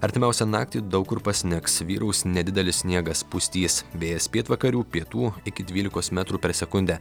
artimiausią naktį daug kur pasnigs vyraus nedidelis sniegas pustys vėjas pietvakarių pietų iki dvylikos metrų per sekundę